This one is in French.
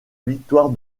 victoire